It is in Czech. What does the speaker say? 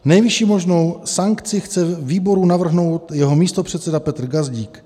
Nejvyšší možnou sankci chce výboru navrhnout jeho místopředseda Petr Gazdík.